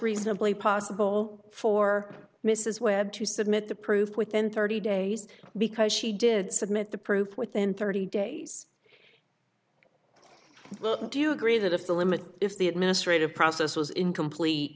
reasonably possible for mrs webb to submit the proof within thirty days because she did submit the proof within thirty days do you agree that if the limit if the administrative process was incomplete